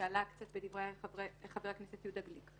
שעלה קצת בדברי חבר הכנסת יהודה גליק.